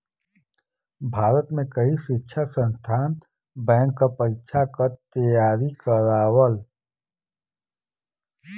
भारत में कई शिक्षण संस्थान बैंक क परीक्षा क तेयारी करावल